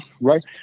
Right